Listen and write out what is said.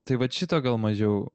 tai vat šito gal mažiau